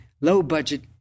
low-budget